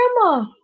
grandma